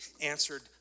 answered